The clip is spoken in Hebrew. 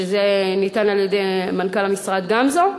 על-ידי מנכ"ל המשרד, גמזו,